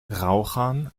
rauchern